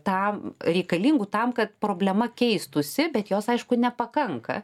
tam reikalingų tam kad problema keistųsi bet jos aišku nepakanka